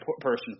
person